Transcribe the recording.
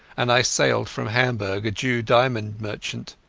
and i sailed from hamburg a jew diamond merchant.